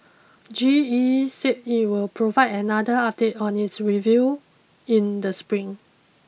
G E said it will provide another update on its review in the spring